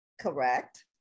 correct